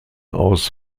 aus